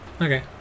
okay